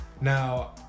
Now